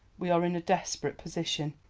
we are in a desperate position.